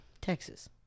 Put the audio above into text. Texas